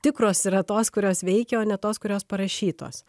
tikros yra tos kurios veikia o ne tos kurios parašytos